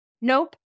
Nope